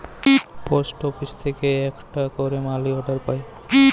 post আপিস থেক্যে আকটা ক্যারে মালি অর্ডার পায়